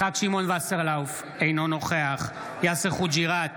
אינו נוכח יאסר חוג'יראת,